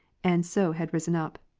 and so had risen up.